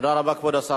תודה רבה, כבוד השר.